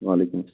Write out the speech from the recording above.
وعلیکُم